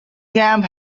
camp